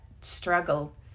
struggle